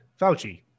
Fauci